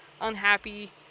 unhappy